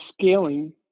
scaling